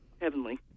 heavenly